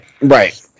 right